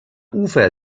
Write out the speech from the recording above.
ufer